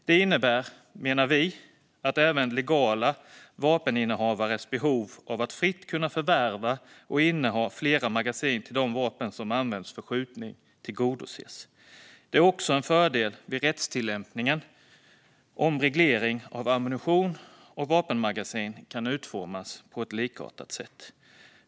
Det innebär, menar vi, att även behovet för innehavare av legala vapen att fritt kunna förvärva och inneha flera magasin till de vapen som används för skjutning tillgodoses. Det är också en fördel vid rättstillämpningen om reglering av ammunition och vapenmagasin kan utformas på ett likartat sätt.